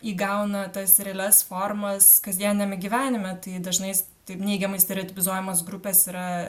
įgauna tas realias formas kasdieniame gyvenime tai dažnai taip neigiamai stereotipizuojamos grupės yra